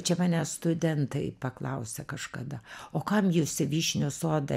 čia manęs studentai paklausė kažkada o kam jūs į vyšnių sodą